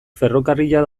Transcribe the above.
ferrokarrila